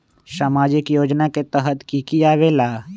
समाजिक योजना के तहद कि की आवे ला?